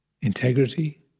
integrity